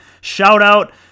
shout-out